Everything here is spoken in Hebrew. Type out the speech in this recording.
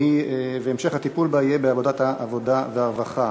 והמשך הטיפול בה יהיה בוועדת העבודה והרווחה.